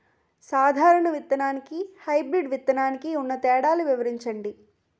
సాధారణ విత్తననికి, హైబ్రిడ్ విత్తనానికి ఉన్న తేడాలను వివరించండి?